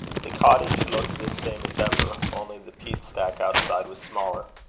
the cottage looked the same as ever, only the peat-stack outside was smaller.